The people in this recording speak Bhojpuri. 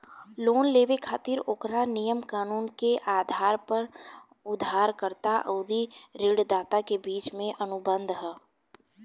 लोन लेबे खातिर ओकरा नियम कानून के आधार पर उधारकर्ता अउरी ऋणदाता के बीच के अनुबंध ह